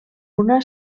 una